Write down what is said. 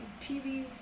TVs